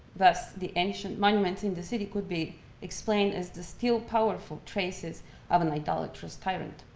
thus the ancient monuments in the city could be explained as the still powerful traces of an idolatrous tyrant.